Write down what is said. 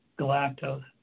galactose